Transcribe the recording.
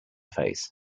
face